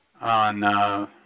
on